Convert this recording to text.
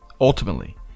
Ultimately